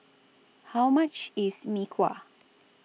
How much IS Mee Kuah